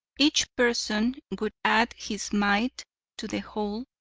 each person would add his mite to the whole,